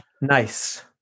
nice